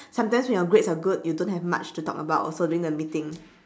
sometimes when your grades are good you don't have much to talk about also during meeting